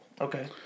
Okay